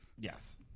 Yes